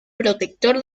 protector